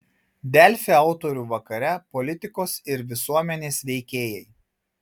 delfi autorių vakare politikos ir visuomenės veikėjai